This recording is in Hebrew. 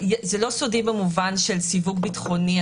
סודי במובן של סיווג ביטחוני.